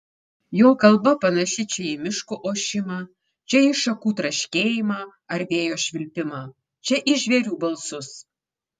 jo kalba panaši čia į miško ošimą čia į šakų traškėjimą ar vėjo švilpimą čia į žvėrių balsus